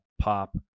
pop